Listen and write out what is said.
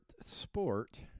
sport